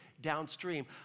downstream